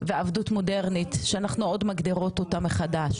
מודרנית שאנחנו עוד מגדירות אותה מחדש.